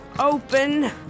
open